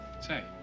Say